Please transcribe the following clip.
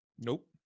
Nope